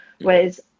Whereas